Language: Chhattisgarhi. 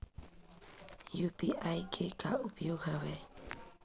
यू.पी.आई के का उपयोग हवय?